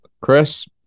Chris